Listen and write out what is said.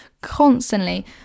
constantly